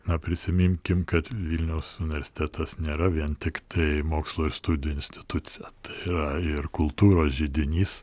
na prisiminkim kad vilniaus universitetas nėra vien tiktai mokslo ir studijų institucija tai yra ir kultūros židinys